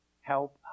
help